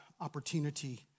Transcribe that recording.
opportunity